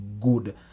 good